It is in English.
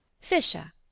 Fisher